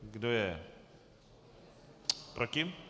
Kdo je proti?